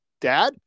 dad